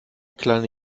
kleine